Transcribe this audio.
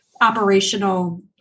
operational